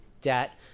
debt